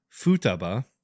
Futaba